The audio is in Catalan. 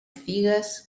figues